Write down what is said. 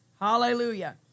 Hallelujah